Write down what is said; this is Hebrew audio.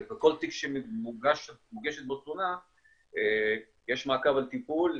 כל תיק שמוגשת בו תלונה יש מעקב על טיפול,